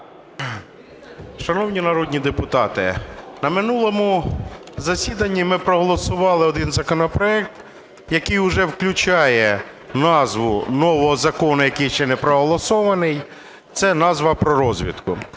Шановні народні депутати, на минулому засіданні ми проголосували один законопроект, який вже включає назву нового закону, який ще не проголосований, це назва – про розвідку.